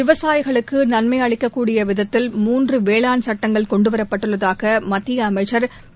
விவசாயிகளுக்கு நன்னம அளிக்கக்கூடிய விதத்தில் மூன்று வேளான் சட்டங்கள் கொன்டு வரப்பட்டுள்ளதாக மத்திய அமைச்ச் திரு